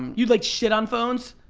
you'd like shit on phones?